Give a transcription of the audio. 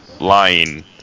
lying